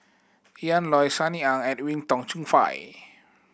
Ian Loy Sunny Ang and Edwin Tong Chun Fai